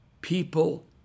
people